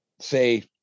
say